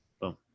Boom